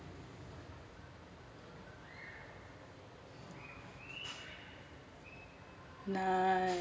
nice